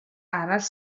arall